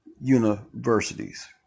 universities